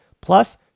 Plus